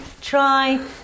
try